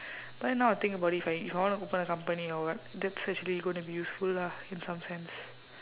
but then now I think about it if I if I want to open a company or what that's actually gonna be useful lah in some sense